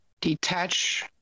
detach